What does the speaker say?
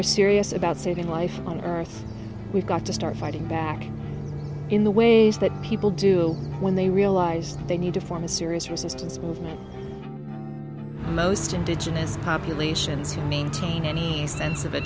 are serious about saving life on earth we've got to start fighting back in the ways that people do when they realize they need to form a serious resistance movement most indigenous populations who maintain any sense of a